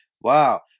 Wow